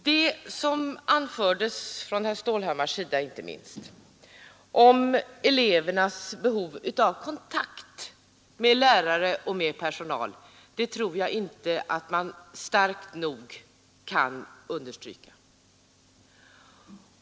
Det som anfördes, inte minst av herr Stålhammar, om elevernas behov av kontakt med lärare och med personal tror jag att man inte starkt nog kan understryka.